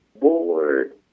board